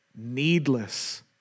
needless